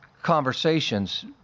conversations